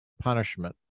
punishment